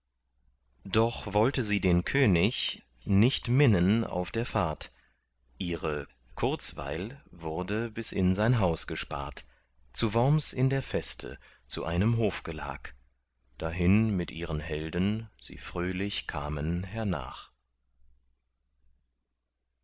doch wollte sie den könig nicht minnen auf der fahrt ihre kurzweil wurde bis in sein haus gespart zu worms in der feste zu einem hofgelag dahin mit ihren helden sie fröhlich kamen hernach